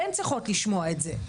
כן צריכות לשמוע את זה,